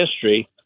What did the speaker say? history